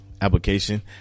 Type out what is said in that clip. application